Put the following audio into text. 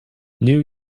new